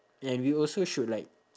and we also should like